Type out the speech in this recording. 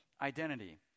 identity